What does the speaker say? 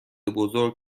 بزرگ